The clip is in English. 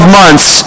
months